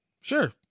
Sure